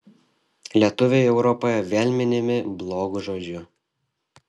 lietuviai europoje vėl minimi blogu žodžiu